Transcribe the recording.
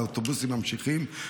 האוטובוסים ממשיכים.